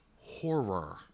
horror